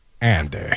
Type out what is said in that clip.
Andy